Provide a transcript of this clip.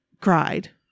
cried